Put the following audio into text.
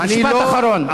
משפט אחרון.